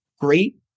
great